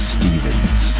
Stevens